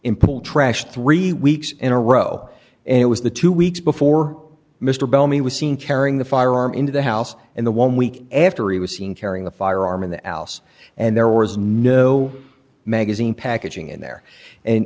in pull trash three weeks in a row and it was the two weeks before mr bellamy was seen carrying the firearm into the house in the one week after he was seen carrying a firearm in the alice and there was no magazine packaging in there and